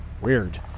Weird